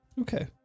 Okay